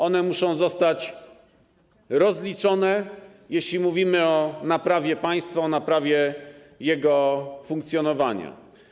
One muszą zostać rozliczone, jeśli mówimy o naprawie państwa, o naprawie jego funkcjonowania.